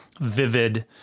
vivid